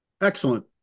Excellent